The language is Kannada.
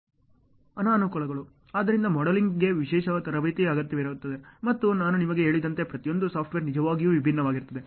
ಅನಾನುಕೂಲಗಳು ಆದ್ದರಿಂದ ಮಾಡೆಲಿಂಗ್ಗೆ ವಿಶೇಷ ತರಬೇತಿ ಅಗತ್ಯವಿರುತ್ತದೆ ಮತ್ತು ನಾನು ನಿಮಗೆ ಹೇಳಿದಂತೆ ಪ್ರತಿಯೊಂದು ಸಾಫ್ಟ್ವೇರ್ ನಿಜವಾಗಿಯೂ ವಿಭಿನ್ನವಾಗಿರುತ್ತದೆ